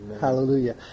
Hallelujah